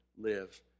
live